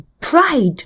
Pride